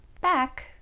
back